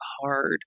hard